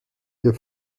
ihr